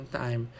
time